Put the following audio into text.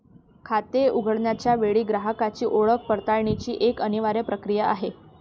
खाते उघडण्याच्या वेळी ग्राहकाची ओळख पडताळण्याची एक अनिवार्य प्रक्रिया आहे